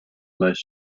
most